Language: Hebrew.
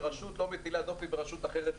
שרשות לא מטילה דופי ברשות אחרת.